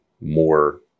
more